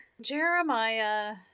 Jeremiah